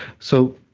so,